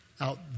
out